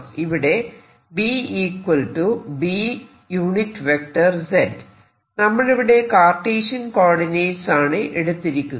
ഇവിടെ നമ്മളിവിടെ Cartesian coordinates ആണ് എടുത്തിരിക്കുന്നത്